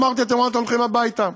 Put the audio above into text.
אמרתי: אתם עוד מעט הולכים הביתה.